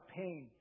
pain